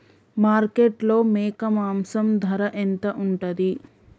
మార్కెట్లో మేక మాంసం ధర ఎంత ఉంటది?